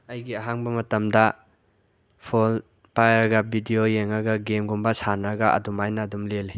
ꯑꯩꯒꯤ ꯑꯍꯥꯡꯕ ꯃꯇꯝꯗ ꯐꯣꯟ ꯄꯥꯏꯔꯒ ꯕꯤꯗꯤꯑꯣ ꯌꯦꯡꯉꯒ ꯒꯦꯝꯒꯨꯝꯕ ꯁꯥꯟꯅꯔꯒ ꯑꯗꯨꯃꯥꯏꯅ ꯑꯗꯨꯝ ꯂꯦꯜꯂꯤ